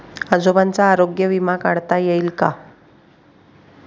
आजोबांचा आरोग्य विमा काढता येईल का?